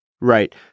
Right